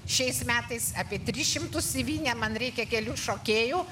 šiais metais apie tris šimtus ci vi ne man reikia kelių šokėjų